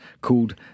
called